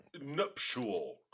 nuptial